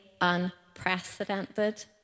unprecedented